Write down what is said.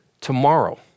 tomorrow